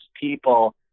people